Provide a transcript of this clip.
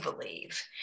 believe